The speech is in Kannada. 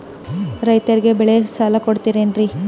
ರೈತರಿಗೆ ಬೆಳೆ ಸಾಲ ಕೊಡ್ತಿರೇನ್ರಿ?